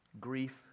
grief